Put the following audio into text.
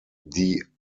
die